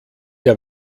der